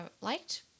liked